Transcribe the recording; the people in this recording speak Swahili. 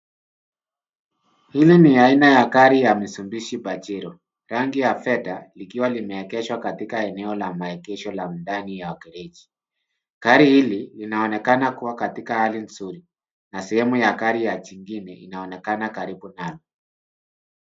Hili ni aina ya gari ya Mitsubishi Pajero. Rangi ya fedha. Likiwa limeegeshwa katika eneo la maegesho la ndani ya gereji. Gari hili linaonekana kua katika hali nzuri, na sehemu ya gari ya jingine inaonekana karibu nalo.